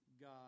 God